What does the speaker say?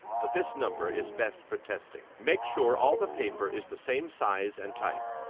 but this number is best for testing. make sure all the paper is the same size and type,